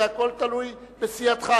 הכול תלוי בסיעתך.